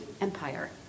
Empire